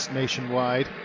nationwide